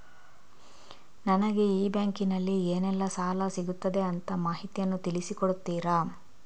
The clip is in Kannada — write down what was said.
ನನಗೆ ಈ ಬ್ಯಾಂಕಿನಲ್ಲಿ ಏನೆಲ್ಲಾ ಸಾಲ ಸಿಗುತ್ತದೆ ಅಂತ ಮಾಹಿತಿಯನ್ನು ತಿಳಿಸಿ ಕೊಡುತ್ತೀರಾ?